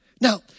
Now